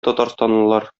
татарстанлылар